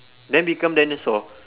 then become dinosaur